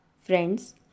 Friends